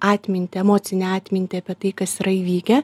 atmintį emocinę atmintį apie tai kas yra įvykę